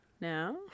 Now